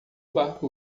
barco